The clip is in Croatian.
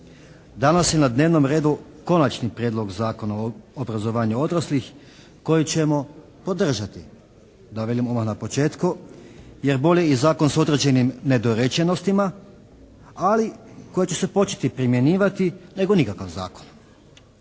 Danas je na dnevnom redu Konačni prijedlog Zakona o obrazovanju odraslih koji ćemo podržati da kažem odmah na početku jer bolje i zakon s određenim nedorečenostima ali koje će se početi primjenjivati nego nikakav zakon.